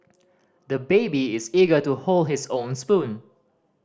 the baby is eager to hold his own spoon